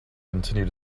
continue